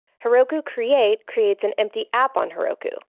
heroku create creates an empty app on heroku.